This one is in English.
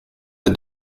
the